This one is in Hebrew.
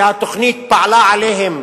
שהתוכנית פעלה עליהם,